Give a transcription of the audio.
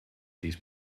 these